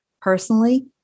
Personally